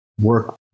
work